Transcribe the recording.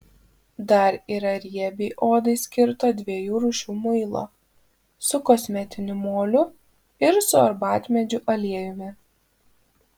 dar yra riebiai odai skirto dviejų rūšių muilo su kosmetiniu moliu ir su arbatmedžių aliejumi